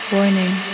Warning